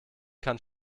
kann